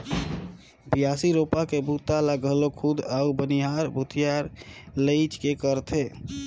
बियासी, रोपा के बूता ल घलो खुद अउ बनिहार भूथिहार लेइज के करथे